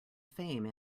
fame